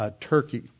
Turkey